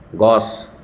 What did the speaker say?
গছ